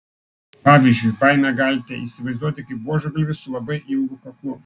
pavyzdžiui baimę galite įsivaizduoti kaip buožgalvį su labai ilgu kaklu